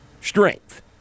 strength